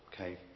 okay